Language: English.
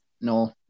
No